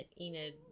Enid